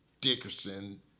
Dickerson